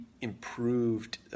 improved